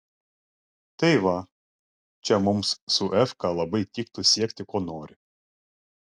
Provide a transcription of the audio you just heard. tai va čia mums su efka labai tiktų siekti ko nori